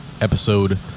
episode